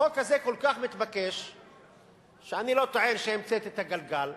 החוק הזה כל כך מתבקש שאני לא טוען שהמצאתי את הגלגל,